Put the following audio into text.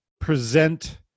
present